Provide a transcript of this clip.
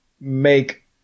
make